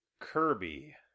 Kirby